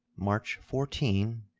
march fourteen,